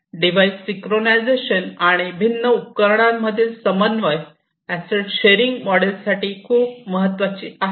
device synchronisation आणि भिन्न उपकरणांमधील समन्वय अॅसेट शेअरिंग मोडेल साठी खूप महत्वाची आहेत